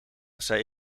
zij